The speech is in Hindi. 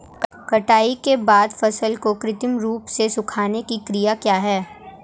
कटाई के बाद फसल को कृत्रिम रूप से सुखाने की क्रिया क्या है?